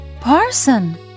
Parson